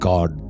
God